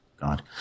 God